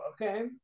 okay